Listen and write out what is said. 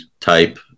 type